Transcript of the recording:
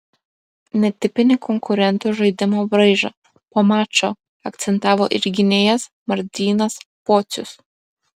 netipinį konkurentų žaidimo braižą po mačo akcentavo ir gynėjas martynas pocius